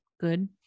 Good